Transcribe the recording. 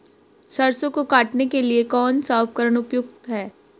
सरसों को काटने के लिये कौन सा उपकरण उपयुक्त है?